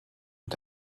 und